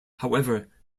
however